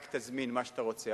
רק תזמין מה שאתה רוצה.